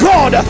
God